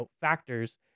factors